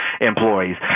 employees